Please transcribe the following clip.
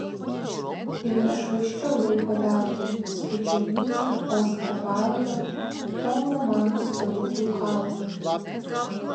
ir nešvaisčiau laiko veltui skaičiau nyčę oskarą vaildą tomo mano stebuklų kalną